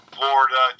Florida